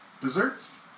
desserts